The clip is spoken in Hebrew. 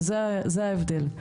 וזה ההבדל.